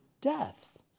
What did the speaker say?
death